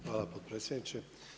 Hvala potpredsjedniče.